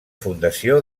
fundació